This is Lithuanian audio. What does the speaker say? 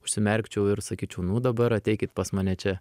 užsimerkčiau ir sakyčiau nu dabar ateikit pas mane čia